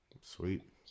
sweet